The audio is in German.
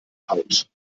haut